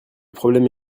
problème